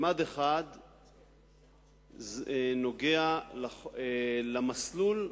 ממד אחד נוגע למסלול.